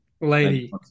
Lady